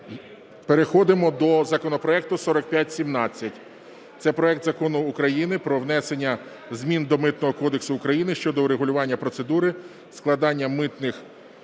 Переходимо до законопроекту 4517 – це проект Закону України про внесення змін до Митного кодексу України щодо урегулювання процедури складання митних